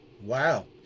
Wow